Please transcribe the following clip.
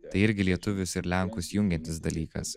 tai irgi lietuvius ir lenkus jungiantis dalykas